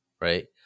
right